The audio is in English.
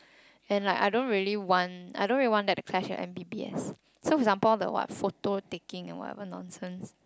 then like I don't really want I don't really want that to crash your M_B_B_S so example all the what phototaking and whatever nonsense